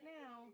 now